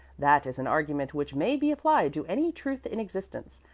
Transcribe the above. that is an argument which may be applied to any truth in existence.